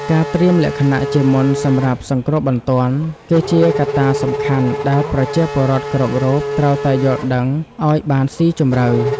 ការត្រៀមលក្ខណៈជាមុនសម្រាប់សង្គ្រោះបន្ទាន់ គឺជាកត្តាសំខាន់ដែលប្រជាពលរដ្ឋគ្រប់រូបត្រូវតែយល់ដឹងឱ្យបានស៊ីជម្រៅ។